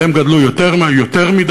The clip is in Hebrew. והם גדלו יותר מדי,